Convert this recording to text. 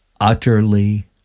utterly